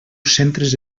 centres